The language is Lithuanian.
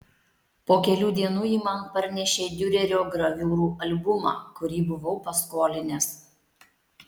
po kelių dienų ji man parnešė diurerio graviūrų albumą kurį buvau paskolinęs